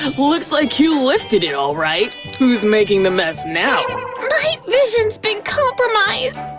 looks like you lifted it all right. who's making the mess now? my vision's been compromised!